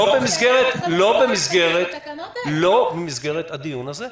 לא במסגרת הדיון הזה.